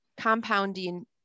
compounding